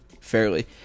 fairly